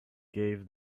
gave